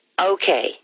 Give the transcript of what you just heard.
Okay